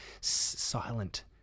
silent